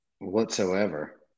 whatsoever